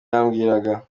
yambwiraga